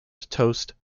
toast